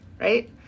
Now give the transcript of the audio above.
right